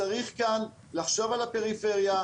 צריך כאן לחשוב על הפריפריה.